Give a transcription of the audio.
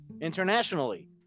internationally